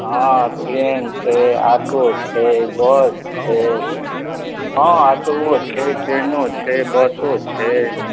हँ ट्रेन छै ऑटो छै बस छै हँ ऑटोवो छै ट्रेनो छै बसो छै